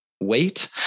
Wait